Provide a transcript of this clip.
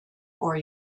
for